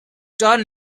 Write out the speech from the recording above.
turn